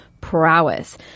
prowess